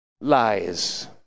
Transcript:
lies